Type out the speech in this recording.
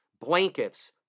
blankets